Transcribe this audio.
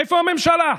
איפה הממשלה?